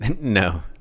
No